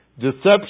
Deception